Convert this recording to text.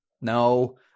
no